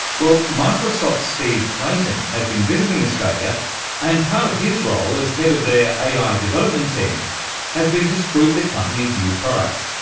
well, microsoft's steve clayton has been visiting australia and part of his role as head of their ai development team has been to spruik the company's new products,